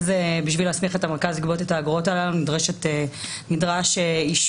צריך אחרי עשר